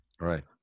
right